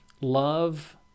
love